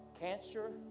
cancer